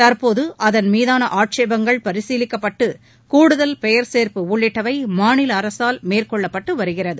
தற்போது அதன் மீதான ஆட்சேபங்கள் பரிசீலிக்கப்பட்டு கூடுதல் பெயர் சேர்ப்பு உள்ளிட்டவை மாநில அரசால் மேற்கொள்ளப்பட்டு வருகிறது